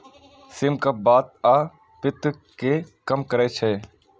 सिम कफ, बात आ पित्त कें कम करै छै